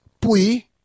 pui